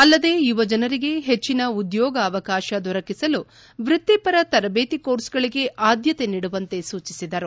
ಅಲ್ಲದೇ ಯುವಜನರಿಗೆ ಹೆಚ್ಚಿನ ಉದ್ಲೋಗಾವಕಾಶ ದೊರಕಿಸಲು ವೃತ್ತಿಪರ ತರಬೇತಿ ಕೋರ್ಸ್ಗಳಗೆ ಆದ್ದತೆ ನೀಡುವಂತೆ ಸೂಚಿಸಿದರು